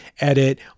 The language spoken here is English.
edit